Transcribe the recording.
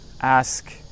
ask